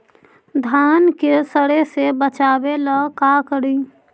धान के सड़े से बचाबे ला का करि?